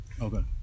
Okay